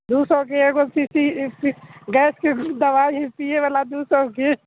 दू सए के एगो सीसी गैसके द वाइ हय पियै बला दू सए के